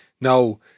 Now